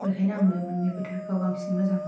बेखायनो आं बे मोननै बोथोरखौ बांसिन मोजां मोनो